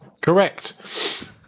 Correct